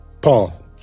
Paul